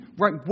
Right